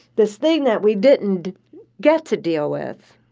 this thing that we didn't get to deal with.